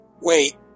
Wait